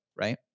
Right